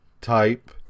type